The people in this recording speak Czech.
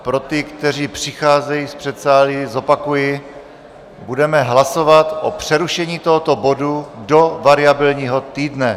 Pro ty, kteří přicházejí z předsálí, zopakuji, budeme hlasovat o přerušení tohoto bodu do variabilního týdne.